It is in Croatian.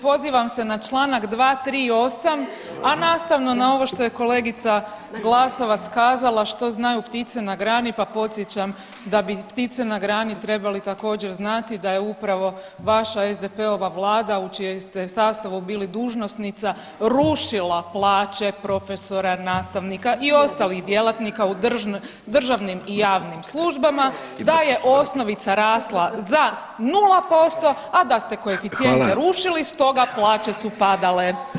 Pozivam se na čl. 238., a nastavno na ovo što je kolegica Glasovac kazala što znaju ptice na grani, pa podsjećam da bi ptice na grani trebali također znati da je upravo vaša SDP-ova vlada u čijem ste sastavu bili dužnosnica rušila plaće profesora, nastavnika i ostalih djelatnika u državnim i javnim službama i da je osnovica rasla za 0%, a da ste koeficijente [[Upadica Vidović: Hvala.]] rušili, stoga su plaće padale.